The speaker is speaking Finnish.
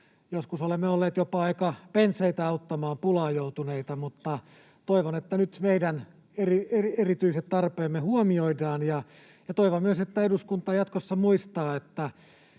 Joskus olemme olleet jopa aika penseitä auttamaan pulaan joutuneita, mutta toivon, että nyt meidän erityiset tarpeemme huomioidaan. Toivon myös, että eduskunta jatkossa muistaa,